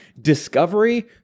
discovery